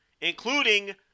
including